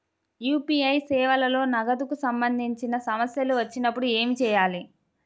UPI సేవలలో నగదుకు సంబంధించిన సమస్యలు వచ్చినప్పుడు ఏమి చేయాలి?